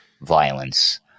violence